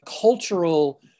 cultural